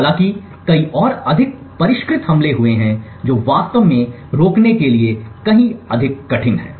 हालांकि कई और अधिक अधिक परिष्कृत हमले हुए हैं जो वास्तव में रोकने के लिए कहीं अधिक कठिन हैं